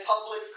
public